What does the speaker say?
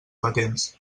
patents